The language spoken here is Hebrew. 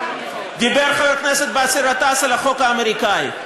דיבר חבר הכנסת באסל גטאס על החוק האמריקני.